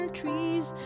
trees